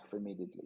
immediately